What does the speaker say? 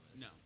No